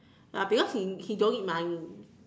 ya because he he don't need money